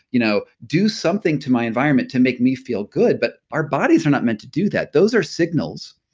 you know do something to my environment to make me feel good, but our bodies are not meant to do that. those are signals.